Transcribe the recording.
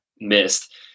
missed